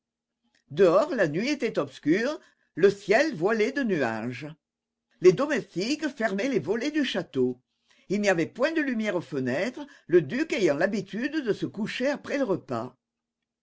dehors la nuit était obscure le ciel voilé de nuages les domestiques fermaient les volets du château il n'y avait point de lumière aux fenêtres le duc ayant l'habitude de se coucher après le repas